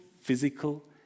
physical